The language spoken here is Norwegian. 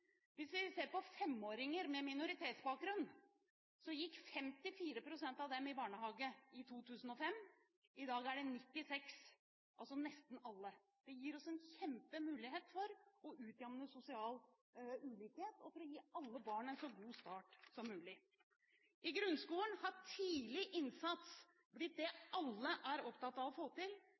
Hvis vi ser på femåringer med minoritetsbakgrunn, gikk 54 pst. av dem i barnehage i 2005. I dag er det 96 pst., altså nesten alle. Det gir oss en kjempemulighet for å utjevne sosial ulikhet og til å gi alle barn en så god start som mulig. I grunnskolen har tidlig innsats blitt det alle er opptatt av å få til.